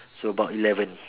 so about eleven